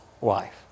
wife